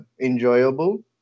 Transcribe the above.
enjoyable